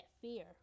fear